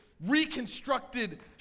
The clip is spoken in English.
Reconstructed